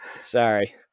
Sorry